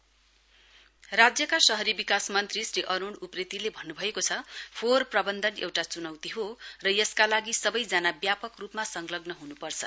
West to energy राज्यका शहरी विकास मन्त्री श्री अरूण उप्रेतीले भन्नुभएको छ फोहोर प्रवन्धन एउटा चुनौती हो र यसका लागि सबैजना व्यापक रूपमा संलग्न हुनुपर्छ